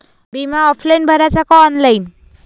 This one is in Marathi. बिमा ऑफलाईन भराचा का ऑनलाईन?